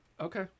Okay